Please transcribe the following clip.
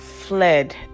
fled